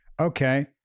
okay